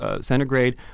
centigrade